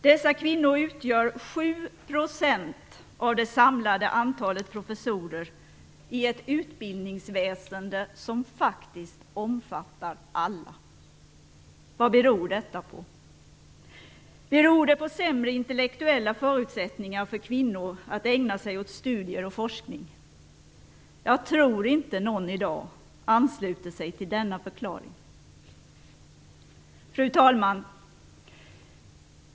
Dessa kvinnor utgör 7 % av det samlade antalet professorer i ett utbildningsväsende som faktiskt omfattar alla. Vad beror detta på? Beror det på sämre intellektuella förutsättningar för kvinnor att ägna sig åt studier och forskning? Jag tror inte att någon i dag ansluter sig till denna förklaring. Fru talman!